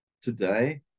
today